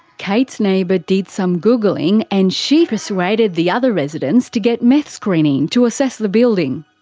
kate's neighbour did some googling and she persuaded the other residents to get meth screen in to assess the building.